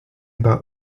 about